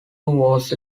was